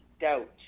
doubt